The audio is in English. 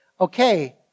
okay